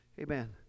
Amen